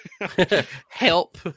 Help